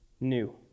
new